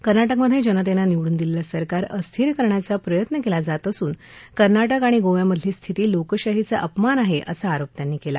कर्नाटकमधे जनतेनं निवडून दिलेलं सरकार अस्थिर करण्याचा प्रयत्न केला जात असून कर्नाटक आणि गोव्यामधली स्थिती लोकशाहीचा अपमान आहे असा आरोप यांनी केला